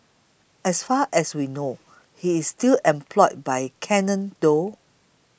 as far as we know he's still employed by Canon though